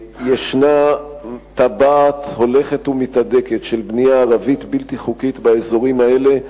ישנה טבעת הולכת ומתהדקת של בנייה ערבית בלתי חוקית באזורים האלה,